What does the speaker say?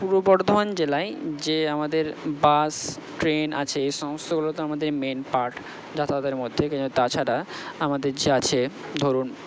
পূর্ব বর্ধমান জেলায় যে আমাদের বাস ট্রেন আছে এ সমস্তগুলো তো আমাদের মেন পার্ট যাতায়াতের মধ্যে কিন্তু তাছাড়া আমাদের যে আছে ধরুন